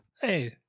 hey